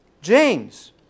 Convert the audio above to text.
James